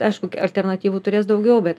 aišku alternatyvų turės daugiau bet